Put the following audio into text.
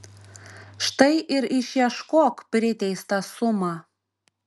štai ir išieškok priteistą sumą